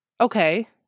Okay